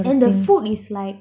and the food is like